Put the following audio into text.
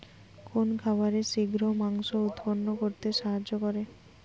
কোন খাবারে শিঘ্র মাংস উৎপন্ন করতে সাহায্য করে?